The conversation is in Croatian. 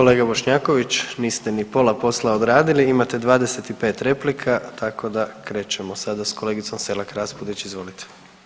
Kolega Bošnjaković, niste ni pola posla odradili, imate 25 replika, tako da krećemo sada sa kolegicom Selak Raspudić, izvolite.